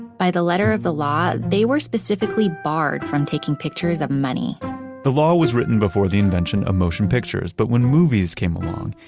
by the letter of the law, they were specifically barred from taking pictures of money the law was written before the invention of motion pictures, but when movies came along,